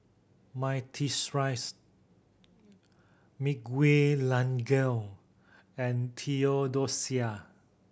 Myrtice Miguelangel and Theodosia